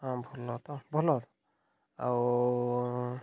ହଁ ଭଲ ତ ଭଲ ଆଉ